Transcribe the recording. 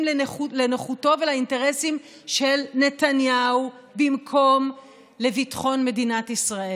לנוחות ולאינטרסים של נתניהו במקום לביטחון מדינת ישראל.